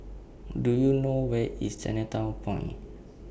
Do YOU know Where IS Chinatown Point